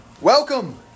Welcome